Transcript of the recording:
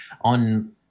on